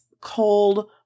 cold